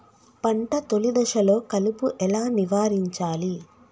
పంట తొలి దశలో కలుపు ఎలా నివారించాలి?